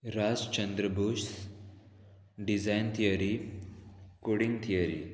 Rajchandra Bose design theory coding theory